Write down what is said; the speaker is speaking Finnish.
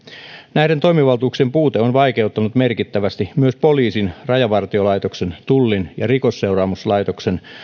näiden toimivaltuuksien puute on vaikeuttanut merkittävästi myös poliisin rajavartiolaitoksen tullin ja rikosseuraamuslaitoksen